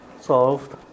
solved